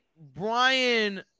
Brian